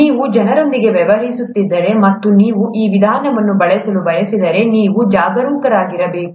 ನೀವು ಜನರೊಂದಿಗೆ ವ್ಯವಹರಿಸುತ್ತಿದ್ದರೆ ಮತ್ತು ನೀವು ಈ ವಿಧಾನವನ್ನು ಬಳಸಲು ಬಯಸಿದರೆ ನೀವು ಜಾಗರೂಕರಾಗಿರಬೇಕು